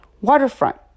Waterfront